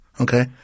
Okay